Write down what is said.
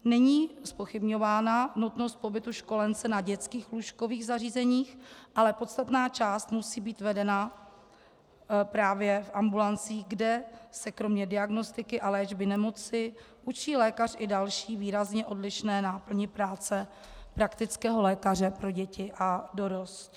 Není zpochybňována nutnost pobytu školence na dětských lůžkových zařízeních, ale podstatná část musí být vedena právě v ambulancích, kde se kromě diagnostiky a léčby nemoci učí lékař i další výrazně odlišné náplni práce praktického lékaře pro děti a dorost.